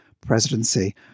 presidency